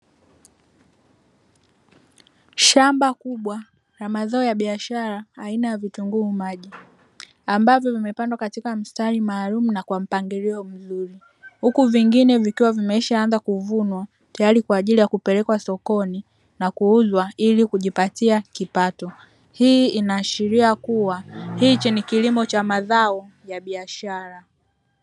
Shamba kubwa la mazao ya biashara aina ya vitunguu maji, ambavyo vimepandwa katika mstari maalumu na kwa mpangilio mzuri; huku vingine vikiwa vimeshaanza kuvunwa tayari kwa ajili ya kupelekwa sokoni na kuuzwa ili kujipatia kipato. Hii inaashiria kuwa hichi ni kilimo cha mazao ya biashara.